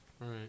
Right